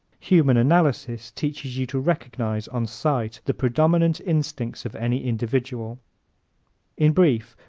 human analysis teaches you to recognize, on sight, the predominant instincts of any individual in brief,